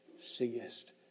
seest